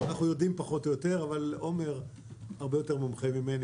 אנחנו יודעים פחות או יותר אבל עומר הרבה יותר מומחה ממני